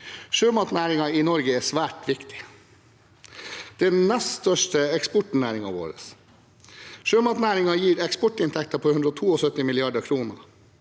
Sjømatnæringen i Norge er svært viktig. Det er den nest største eksportnæringen vår. Sjømatnæringen gir eksportinntekter på 172 mrd. kr,